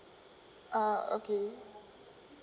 uh okay